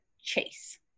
Chase